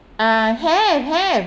uh have have